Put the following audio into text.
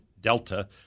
delta